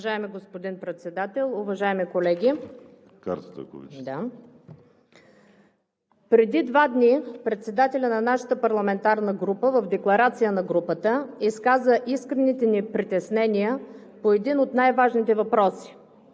Уважаеми господин Председател, уважаеми колеги! Преди два дни председателят на нашата парламентарна група в декларация на групата изказа искрените ни притеснения по един от най-важните въпроси